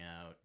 out